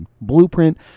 blueprint